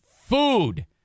food